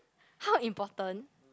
how important